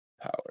Power